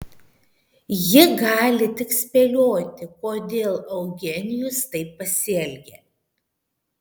ji gali tik spėlioti kodėl eugenijus taip pasielgė